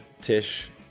Tish